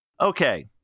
Okay